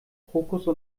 krokusse